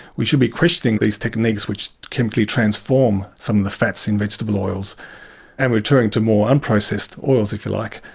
we should be questioning these techniques which chemically transform some of the fats in vegetable oils and returning to more unprocessed oils, if you like.